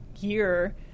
year